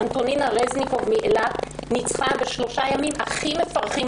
אנטונינה רזניקוב מאילת ניצחה בשלושה ימים הכי מפרכים,